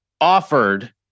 offered